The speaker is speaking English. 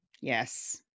Yes